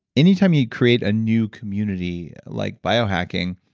any time you create a new community like biohacking,